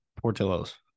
Portillo's